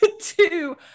Two